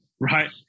right